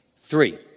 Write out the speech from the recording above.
Three